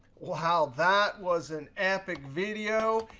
wow, that was an epic video.